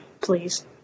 please